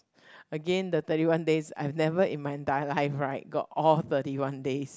again the thirty one days I've never in my entire life right got all thirty one days